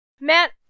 Matt